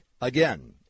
Again